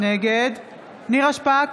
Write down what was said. נגד נירה שפק,